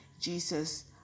Jesus